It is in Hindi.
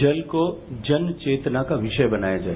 जल को जन चेतना का विषय बनाया जाए